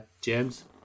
James